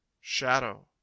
shadow